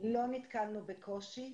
לא נתקלנו בקושי.